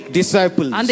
disciples